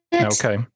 Okay